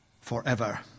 forever